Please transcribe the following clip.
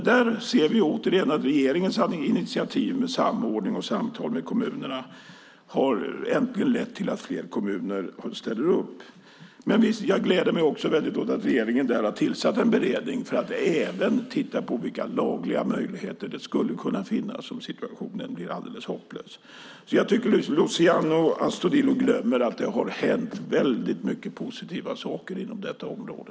Där ser vi återigen att regeringens initiativ med samordning och samtal med kommunerna äntligen har lett till att fler kommuner ställer upp. Jag gläder mig också väldigt åt att regeringen har tillsatt en utredning för att titta på vilka möjligheter som skulle kunna finnas om situationen blir alldeles hopplös. Jag tycker alltså att Luciano Astudillo glömmer att det har hänt väldigt mycket positiva saker inom detta område.